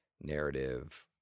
narrative